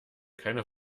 keine